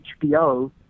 HBO